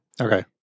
Okay